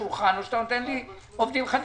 השולחן או שאתה נותן לי עובדים חדשים.